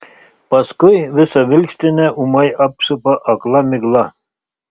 paskui visą vilkstinę ūmai apsupa akla migla